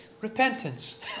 repentance